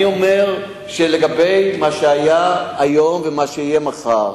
אני אומר שלגבי מה שהיה היום ומה שיהיה מחר,